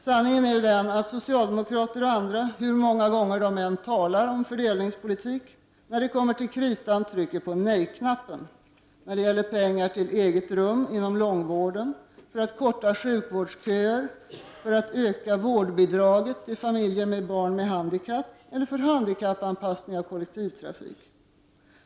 Sanningen är att socialdemokrater och andra — hur många gånger de än talar om fördelningspolitik — när det kommer till kritan trycker på nej-knappen när det gäller pengar till eget rum inom långvården, för att korta sjukvårdsköer, för högre vårdbidrag för familjer med barn med handikapp eller för handikappanpassning av kollektivtrafiken.